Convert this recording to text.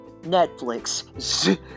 Netflix